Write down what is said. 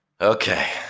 Okay